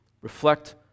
reflect